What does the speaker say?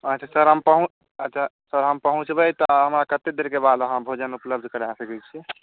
sir हम पहुँचबै अच्छा जब हम पहुँचबै हमरा कतेक देरक बाद हमरा भोजन उपलब्ध करा सकै छीयै